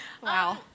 Wow